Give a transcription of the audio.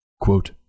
Quote